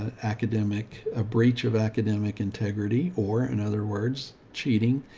academic, ah, breach of academic integrity, or in other words, cheating.